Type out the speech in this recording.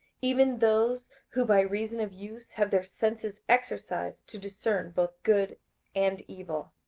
even those who by reason of use have their senses exercised to discern both good and evil.